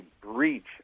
breach